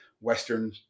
Western